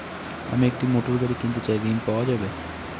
আমি একটি মোটরগাড়ি কিনতে চাই ঝণ পাওয়া যাবে?